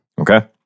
Okay